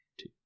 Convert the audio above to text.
two